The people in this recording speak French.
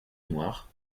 noirs